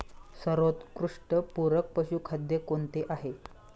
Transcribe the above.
सर्वोत्कृष्ट पूरक पशुखाद्य कोणते आहे?